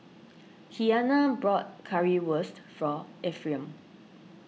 Kiana bought Currywurst for Ephriam